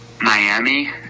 Miami